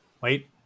Wait